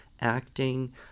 acting